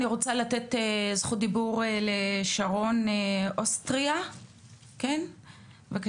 אני רוצה לתת זכות דיבור לשרון אוסטריה, בבקשה.